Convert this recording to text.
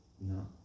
No